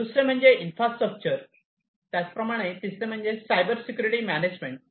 दुसरे म्हणजे इन्फ्रास्ट्रक्चर त्याचप्रमाणे तिसरे म्हणजे सायबर सिक्युरिटी मॅनेजमेंट